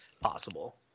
possible